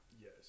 Yes